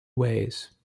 ways